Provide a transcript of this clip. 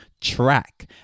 track